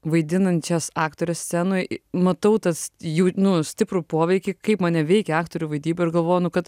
vaidinančias aktores scenoj matau tas jų stiprų poveikį kaip mane veikia aktorių vaidyba ir galvoju nu kad